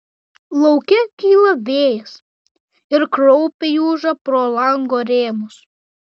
lauke kyla vėjas ir kraupiai ūžia pro lango rėmus